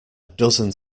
dozen